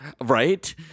Right